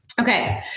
Okay